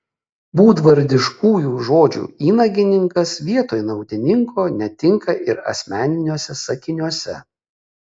būdvardiškųjų žodžių įnagininkas vietoj naudininko netinka ir asmeniniuose sakiniuose